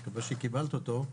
אני מקווה שקיבלת אותו,